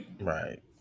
Right